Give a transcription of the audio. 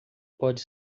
pode